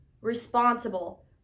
responsible